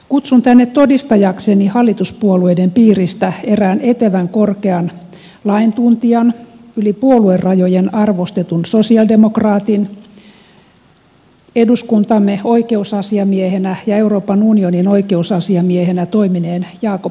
kutsun tänne todistajakseni hallituspuolueiden piiristä erään etevän korkean laintuntijan yli puoluerajojen arvostetun sosialidemokraatin eduskuntamme oikeusasiamiehenä ja euroopan unionin oikeusasiamiehenä toimineen jacob södermanin